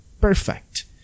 perfect